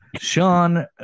Sean